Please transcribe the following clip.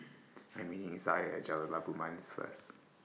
I'm meeting Isaiah At Jalan Labu Manis First